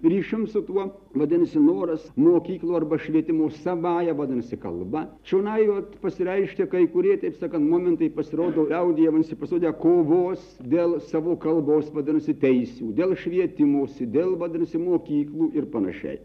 ryšium su tuo vadinasi noras mokyklų arba švietimo savąja vadinasi kalba čionai vat pasireiškia kai kurie taip sakant momentai pasirodo liaudyje vadinasi pasirodę kovos dėl savo kalbos vadinasi teisių dėl švietimosi dėl vadinasi mokyklų ir panašiai